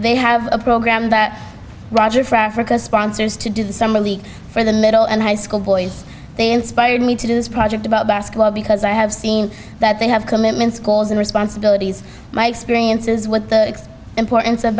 they have a program that roger for africa sponsors to do the summer league for the middle and high school boys they inspired me to do this project about basketball because i have seen that they have commitments goals and responsibilities my experience is what the importance of